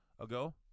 ago